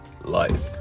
life